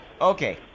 Okay